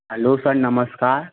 hello sir नमस्कार